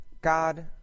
God